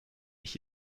ich